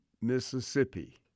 Mississippi